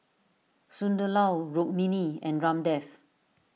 Sunderlal Rukmini and Ramdev